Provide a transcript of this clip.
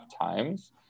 times